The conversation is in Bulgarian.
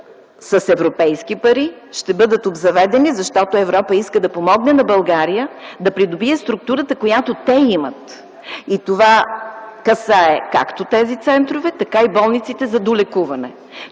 с европейски пари ще бъдат обзаведени, защото Европа иска да помогне на България да придобие структурата, която те имат. Това касае както тези центрове, така и болниците за долекуване.